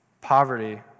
poverty